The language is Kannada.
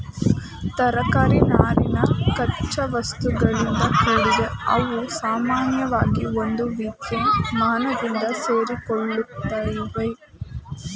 ತರಕಾರಿ ನಾರಿನ ಕಚ್ಚಾವಸ್ತುಗಳಿಂದ ಕೂಡಿದೆ ಅವುಸಾಮಾನ್ಯವಾಗಿ ಒಂದುವಿದ್ಯಮಾನದಿಂದ ಸೇರಿಕೊಳ್ಳುತ್ವೆ